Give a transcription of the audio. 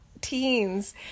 teens